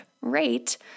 rate